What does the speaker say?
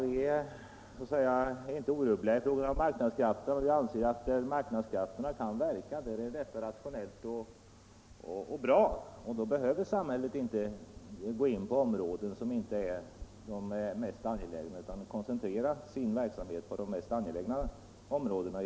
Vi är inte orubbliga när det gäller marknadskrafterna, men vi anser att på de områden där marknadskrafterna kan verka är det rationellt och bra att låta dem göra det. Samhället behöver då inte gå in på sådana områden utan kan koncentrera sin verksamhet på de mest angelägna områdena.